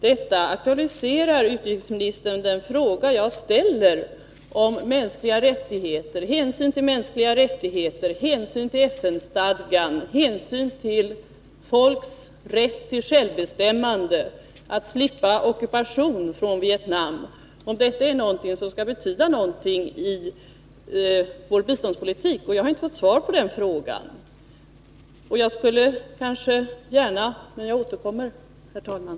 Detta aktualiserar, utrikesministern, den fråga som jag ställer, om inte hänsynen till mänskliga rättigheter, till FN-stadgan och till folkens rätt till självbestämmande och att slippa ockupation från Vietnam skulle betyda någonting i vår biståndspolitik. Jag har inte fått svar på den frågan. Jag återkommer, herr talman.